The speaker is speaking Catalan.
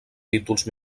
títols